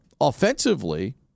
offensively